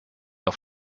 auf